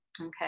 okay